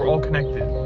all connected.